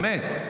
באמת.